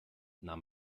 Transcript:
nahm